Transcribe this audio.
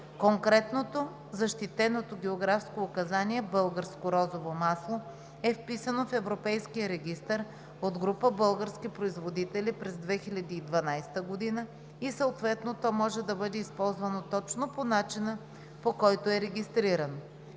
Конкретното, защитеното географско указание „Българско розово масло“ е вписано в европейския регистър от група български производители през 2012 г. и съответно то може да бъде използвано точно по начина, по който е регистрирано.